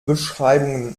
beschreibungen